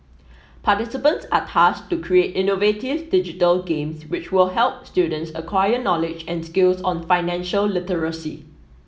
participants are tasked to create innovative digital games which will help students acquire knowledge and skills on financial literacy